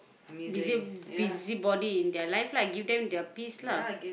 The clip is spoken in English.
you say busybody in their life lah give them their peace lah